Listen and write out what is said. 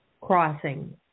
crossing